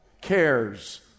cares